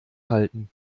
halten